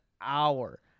hour